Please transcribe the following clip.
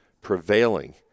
prevailing